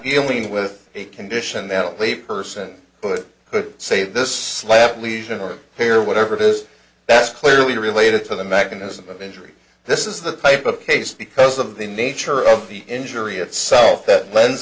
dealing with a condition that will a person but could say this slab lesion or hair whatever it is that's clearly related to the mechanism of injury this is the type of case because of the nature of the injury itself that lends